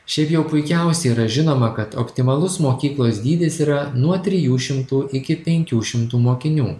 šiaip jau puikiausiai yra žinoma kad optimalus mokyklos dydis yra nuo trijų šimtų iki penkių šimtų mokinių